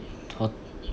for~